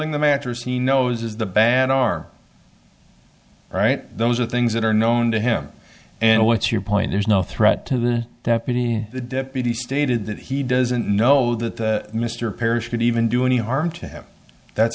holding the matters he knows is the bad are right those are things that are known to him and what's your point there's no threat to the deputy the deputy stated that he doesn't know that mr parrish could even do any harm to have that's